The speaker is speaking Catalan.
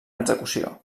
execució